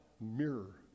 mirror